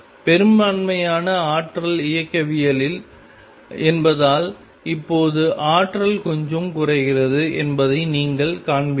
பெரும்பான்மையான ஆற்றல் இயக்கவியல் என்பதால் இப்போது ஆற்றல் கொஞ்சம் குறைகிறது என்பதை நீங்கள் காண்பீர்கள்